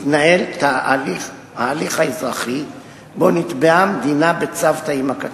התנהל ההליך האזרחי שבו נתבעה המדינה בצוותא עם הקצין.